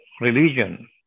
religion